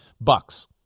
bucks